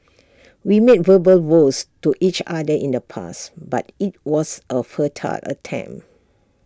we made verbal vows to each other in the past but IT was A futile attempt